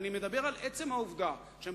נדבר על עזה בהזדמנות אחרת.